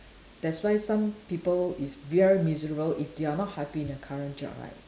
that's why some people is very miserable if they are not happy in their current job right